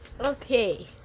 Okay